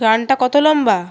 গানটা কত লম্বা